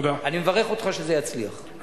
אני מברך אותך שזה יצליח.